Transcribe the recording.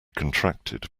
contracted